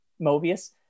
Mobius